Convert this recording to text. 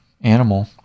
animal